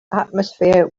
atmosphere